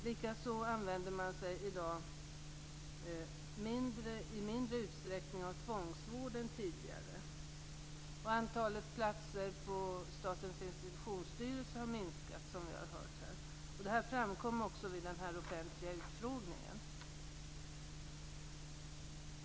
Likaså använder man sig i dag i mindre utsträckning av tvångsvård än tidigare. Antalet platser på Statens institutionsstyrelse har minskat, som vi har hört. Detta framkom också vid den offentliga utfrågningen.